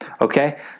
Okay